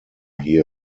here